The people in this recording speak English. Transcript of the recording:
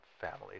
families